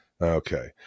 Okay